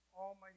almighty